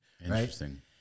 Interesting